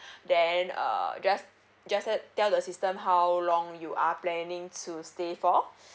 then uh just just set tell the system how long you are planning to stay for